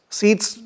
seats